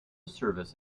service